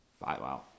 Wow